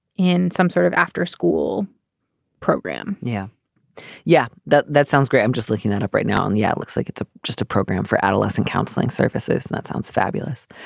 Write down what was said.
in some sort of after school program yeah yeah that that sounds great. i'm just looking that up right now and yeah it looks like it's ah just a program for adolescent counseling services. and that sounds fabulous.